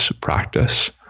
practice